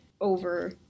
over